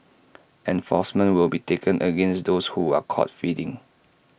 enforcement will be taken against those who are caught feeding